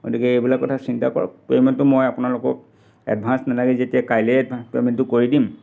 গতিকে এইবিলাক কথা চিন্তা কৰক পে'মেণ্টটো মই আপোনালোকক এডভান্স নালাগে যেতিয়া কাইলেই পে'মেণ্টটো কৰি দিম